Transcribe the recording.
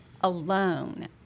alone